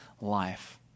life